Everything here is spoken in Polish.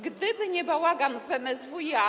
Gdyby nie bałagan w MSWiA.